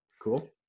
Cool